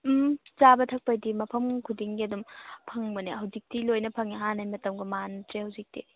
ꯎꯝ ꯆꯥꯕ ꯊꯛꯄꯩꯗꯤ ꯃꯐꯝ ꯈꯨꯗꯤꯡꯒꯤ ꯑꯗꯨꯝ ꯐꯪꯕꯅꯦ ꯍꯧꯖꯤꯛꯇꯤ ꯂꯣꯏꯅ ꯐꯪꯉꯦ ꯍꯥꯟꯅꯩ ꯃꯇꯝꯒ ꯃꯥꯟꯅꯗ꯭ꯔꯦ ꯍꯧꯖꯤꯛꯇꯤ